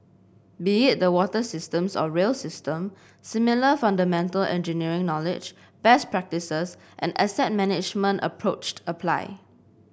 be it the water systems or rail system similar fundamental engineering knowledge best practices and asset management approached apply